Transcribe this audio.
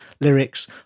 lyrics